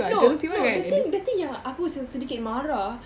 no no the thing the thing yang aku sedikit marah